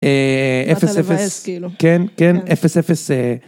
אפס אפס כן כן אפס אפס